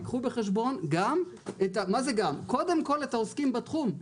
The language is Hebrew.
שיביאו בחשבון קודם כול את העוסקים בתחום,